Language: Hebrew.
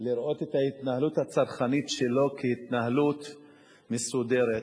לראות את ההתנהלות הצרכנית שלו כהתנהלות מסודרת,